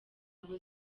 ngo